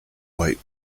white